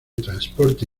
transporte